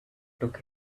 took